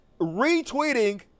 retweeting